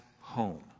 home